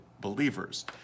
believers